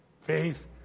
Faith